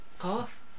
half